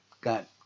got